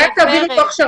גם אם תעבירי אותו הכשרה,